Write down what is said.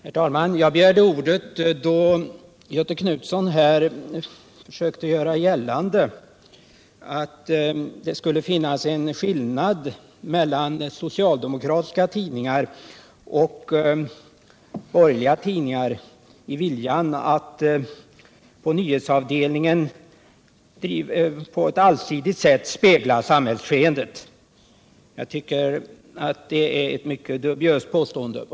Herr talman! Jag begärde ordet då Göthe Knutson försökte göra gällande att det skulle finnas en skillnad mellan socialdemokratiska tidningar och borgerliga tidningar i viljan att på nyhetsavdelningen allsidigt spegla samhällsskeendet. Jag tycker att det är ett mycket dubiöst påstående.